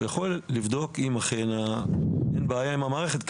הוא יכול לבדוק אם אכן אין בעיה עם המערכת,